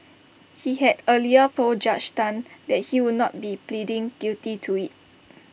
he had earlier told Judge Tan that he would not be pleading guilty to IT